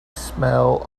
smell